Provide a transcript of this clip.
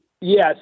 Yes